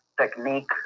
technique